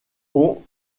ont